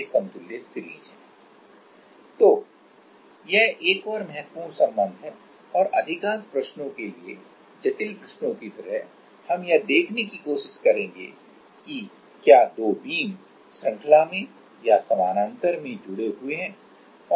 तो यह एक और महत्वपूर्ण संबंध है और अधिकांश प्रश्नों के लिए जटिल प्रश्नों की तरह हम यह देखने की कोशिश करेंगे कि क्या दो बीम श्रृंखला में या समानांतर में जुड़े हुए हैं